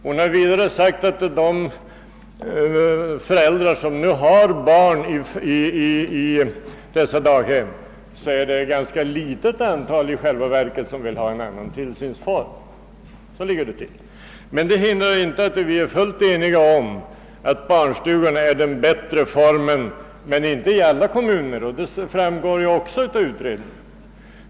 Hon har vidare sagt att av de föräldrar, som nu har barn i dessa daghem, är det i själva verket ett ganska litet antal som önskar en annan tillsynsform. Så ligger det till. Men det hindrar inte att vi är fullt eniga om att barnstugorna är den bättre formen. Det gäller emellertid inte — detta framgår av utredningens betänkande — alla kommuner.